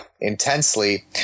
intensely